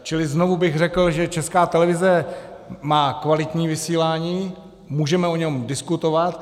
Čili znovu bych řekl, že Česká televize má kvalitní vysílání, můžeme o něm diskutovat.